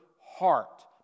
heart